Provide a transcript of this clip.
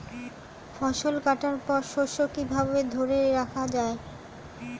ফসল কাটার পর শস্য কিভাবে ধরে রাখা য়ায়?